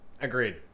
agreed